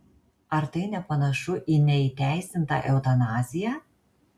ar tai nepanašu į neįteisintą eutanaziją